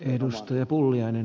arvoisa puhemies